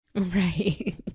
Right